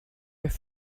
just